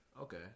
Okay